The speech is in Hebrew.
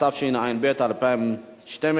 (בנק הדואר), התשע"ב 2012,